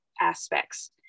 aspects